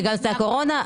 בגלל הקורונה.